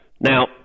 Now